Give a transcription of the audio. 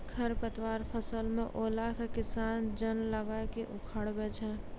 खरपतवार फसल मे अैला से किसान जन लगाय के उखड़बाय छै